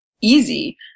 easy